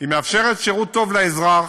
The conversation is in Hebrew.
מאפשרת שירות טוב לאזרח,